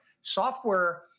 Software